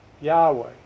Yahweh